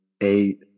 eight